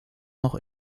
noch